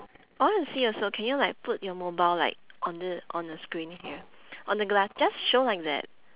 I want to see also can you like put your mobile like on the on the screen here on the glass just show like that